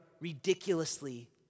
ridiculously